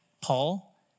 Paul